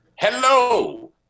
Hello